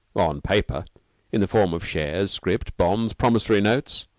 on paper in the form of shares, script, bonds, promissory notes,